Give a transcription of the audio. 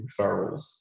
referrals